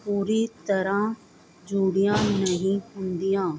ਪੂਰੀ ਤਰ੍ਹਾਂ ਜੁੜੀਆਂ ਨਹੀਂ ਹੁੰਦੀਆਂ